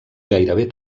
gairebé